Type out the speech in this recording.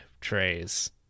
trays